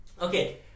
okay